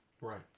Right